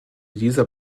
dieser